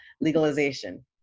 legalization